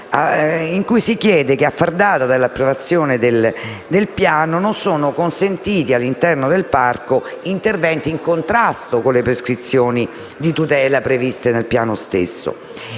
di chiusura, prevede che a far data dall’approvazione del piano non sono consentiti all’interno del parco interventi in contrasto con le prescrizioni di tutela previste nel piano stesso